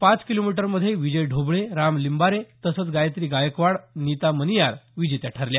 पाच किलोमीटरमध्ये विजय ढोबळे राम लिंबारे तसंच गायत्री गायकवाड निता मनियार विजेत्या ठरले